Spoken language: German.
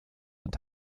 und